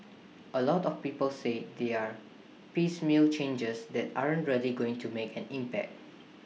A lot of people say they are piecemeal changes that aren't really going to make an impact